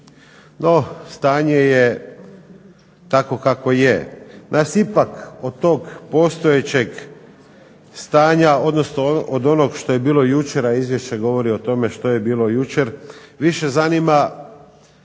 No, stanje je takvo kakvo je. Nas ipak od tog postojećeg stanja, odnosno od onoga što je bilo jučer, a Izvješće govori o tome što je bilo jučer, više zanima